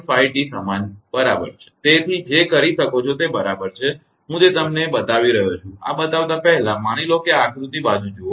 5T બરાબર છે તમે જે કરી શકો તે બરાબર છે હું તે તમને બતાવી રહ્યો છું અને આ બતાવવા પહેલાં માની લો કે આ આકૃતિ બાજુ જુઓ